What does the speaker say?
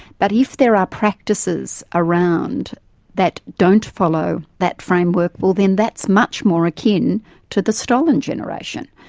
but if there are practices around that don't follow that framework, well then that's much more akin to the stolen generation.